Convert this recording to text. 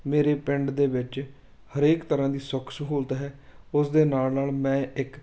ਮੇਰੇ ਪਿੰਡ ਦੇ ਵਿੱਚ ਹਰੇਕ ਤਰ੍ਹਾਂ ਦੀ ਸੁੱਖ ਸਹੂਲਤ ਹੈ ਉਸ ਦੇ ਨਾਲ ਨਾਲ ਮੈਂ ਇੱਕ